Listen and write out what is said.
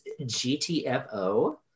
GTFO